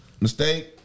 mistake